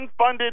unfunded